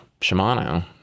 Shimano